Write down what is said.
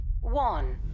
one